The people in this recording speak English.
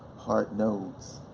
hard nodes,